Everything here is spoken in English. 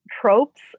tropes